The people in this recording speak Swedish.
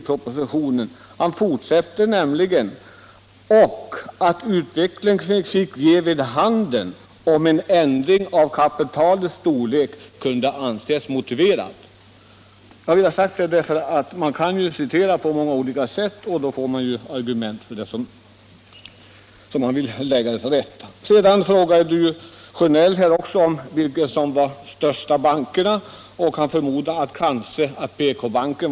Fortsättningen lyder nämligen: ”Utvecklingen får ge vid handen om en ändring av kapitalets storlek kan anses motiverad.” Jag har velat säga detta, för man kan ju citera på många olika sätt och därmed lägga argumenten till rätta. Sedan frågade herr Sjönell vilken som var den största banken och förmodade att det var PK-banken.